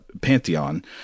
pantheon